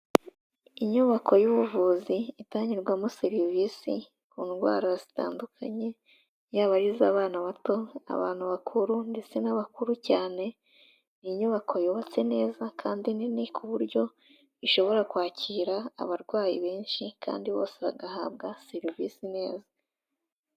Inyubako y'ubuvuzi itangirwamo serivisi ku ndwara zitandukanye yaba arize abana bato abantu bakuru ndetse n'abakuru cyane ni inyubako yubatse neza kandi nini ku buryo ishobora kwakira abarwayi benshi kandi bose bagahabwa serivisi neza